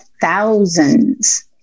Thousands